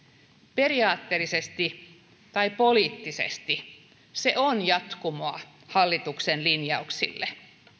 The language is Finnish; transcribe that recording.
periaatteellisesti tai poliittisesti se on jatkumoa hallituksen linjauksille